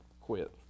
quit